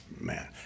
man